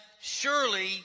Surely